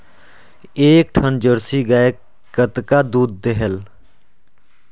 एक ठन जरसी गाय कतका दूध देहेल?